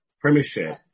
premiership